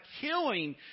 killing